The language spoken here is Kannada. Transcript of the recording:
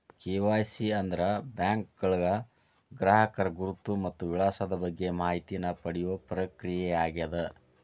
ಕೆ.ವಾಯ್.ಸಿ ಅಂದ್ರ ಬ್ಯಾಂಕ್ಗಳ ಗ್ರಾಹಕರ ಗುರುತು ಮತ್ತ ವಿಳಾಸದ ಬಗ್ಗೆ ಮಾಹಿತಿನ ಪಡಿಯೋ ಪ್ರಕ್ರಿಯೆಯಾಗ್ಯದ